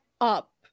up